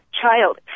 child